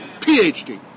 PhD